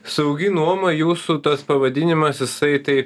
saugi nuoma jūsų tas pavadinimas jisai tai